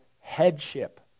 headship